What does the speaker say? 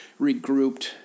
regrouped